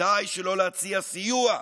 ודאי שלא להציע סיוע.